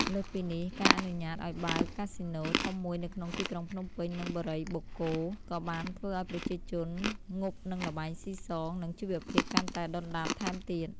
លើសពីនេះ ការអនុញ្ញាតឱ្យបើក កាស៊ីណូ ធំមួយនៅក្នុងទីក្រុងភ្នំពេញ និងបុរីបូកគោ ក៏បានធ្វើឱ្យប្រជាជនងប់នឹងល្បែងស៊ីសង និងជីវភាពកាន់តែដុនដាបថែមទៀត។